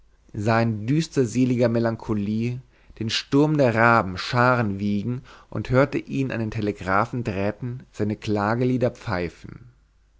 sah in düsterseliger melancholie den sturm der raben scharen wiegen und hörte ihn an den telegraphendrähten seine klagelieder pfeifen